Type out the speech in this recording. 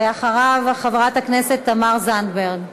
ואחריו, חברת הכנסת תמר זנדברג.